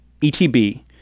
ETB